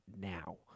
now